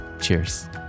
Cheers